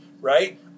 right